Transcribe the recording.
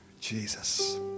Jesus